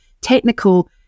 technical